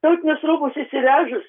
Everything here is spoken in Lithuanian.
tautinius rūbus išsivežus